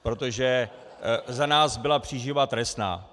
Protože za nás byla příživa trestná.